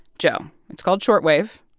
joe, it's called short wave,